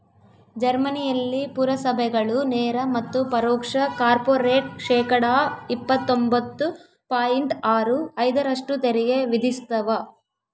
ಜರ್ಮನಿಯಲ್ಲಿ ಪುರಸಭೆಗಳು ನೇರ ಮತ್ತು ಪರೋಕ್ಷ ಕಾರ್ಪೊರೇಟ್ ಶೇಕಡಾ ಇಪ್ಪತ್ತೊಂಬತ್ತು ಪಾಯಿಂಟ್ ಆರು ಐದರಷ್ಟು ತೆರಿಗೆ ವಿಧಿಸ್ತವ